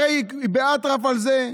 הרי היא באטרף על זה,